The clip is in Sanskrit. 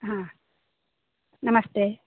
नमस्ते